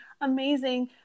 amazing